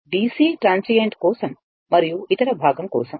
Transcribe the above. DC transient కోసం మరియు ఇతర భాగం కోసం